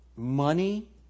Money